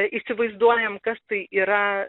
įsivaizduojam kas tai yra